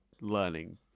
learning